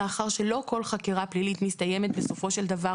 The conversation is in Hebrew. מאחר שלא כל חקירה פלילית מסתיימת בסופו של דבר